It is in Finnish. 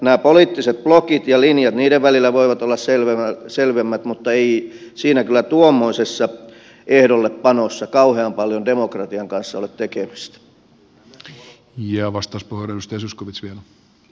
nämä poliittiset blokit ja linjat niiden välillä voivat olla selvemmät mutta ei tuommoisessa ehdollepanossa kyllä kauhean paljon demokratian kanssa ole tekemistä